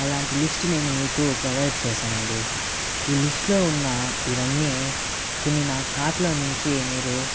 అలాంటి లిస్ట్ నేను మీకు ప్రొవైడ్ చేసానండి ఈ లిస్ట్ లో ఉన్న ఇవన్నీ కొన్ని నా కార్ట్ లో నించి మీరు